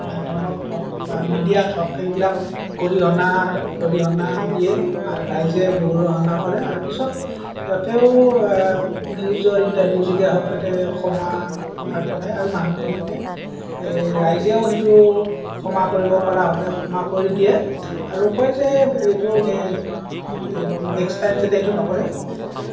মাধ্যমত হওঁক বা মিডিয়াত হওঁক সেইবিলাক গৰিহণা গৰিহণা দিয়ে আৰু ৰাইজে গৰিহণা কৰে আৰু পিছত সিহঁতেও নিউজৰ ইন্টাৰভিউ যোগে হওঁক সিহঁতে ক্ষমা আগবঢ়ায় আৰু মানুহবিলাকে ৰাইজেও সেইটো ক্ষমা কৰিব পৰা হ'লে ক্ষমা কৰি দিয়ে আৰু কয় যে এইটো এনেই নেক্সট টাইম যাতে এইটো নকৰে